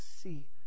see